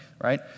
right